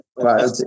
Right